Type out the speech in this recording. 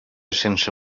sense